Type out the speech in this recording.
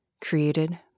created